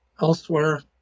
elsewhere